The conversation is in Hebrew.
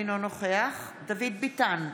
אינו נוכח דוד ביטן,